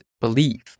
believe